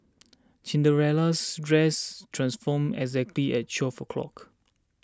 Cinderella's dress transformed exactly at twelve o'clock